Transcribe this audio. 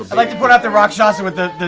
but like to point out, the rakshasa with the